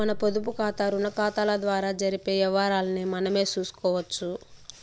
మన పొదుపుకాతా, రుణాకతాల ద్వారా జరిపే యవ్వారాల్ని మనమే సూసుకోవచ్చు